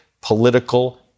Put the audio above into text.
political